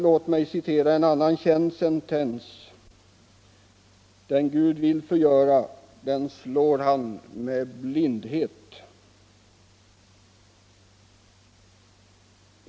Låt mig citera en annan känd sentens: Den Gud vill förgöra den slår han med blindhet.